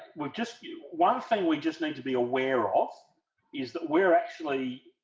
well just you one thing we just need to be aware of is that we're actually